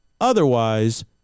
Otherwise